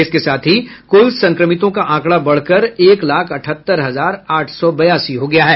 इसके साथ ही कुल संक्रमितों का आंकड़ा बढ़कर एक लाख अठहत्तर हजार आठ सौ बयासी हो गया है